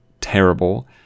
terrible